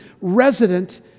resident